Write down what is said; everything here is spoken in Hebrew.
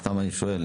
סתם אני שואל.